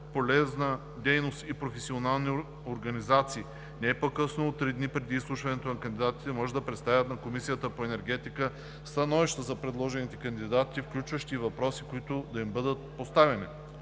дейност и професионални организации не по-късно от три дни преди изслушването на кандидатите може да представят на Комисията по енергетика становища за предложените кандидати, включващи и въпроси, които да им бъдат поставени.